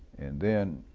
and then